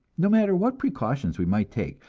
no matter what precautions we might take,